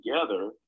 together